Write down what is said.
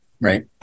right